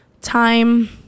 time